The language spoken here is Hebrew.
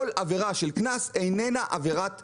כל עבירה של קנס אינה עבירה פלילית.